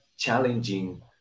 challenging